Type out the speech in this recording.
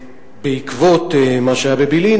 בעקבות מה שהיה בבילעין,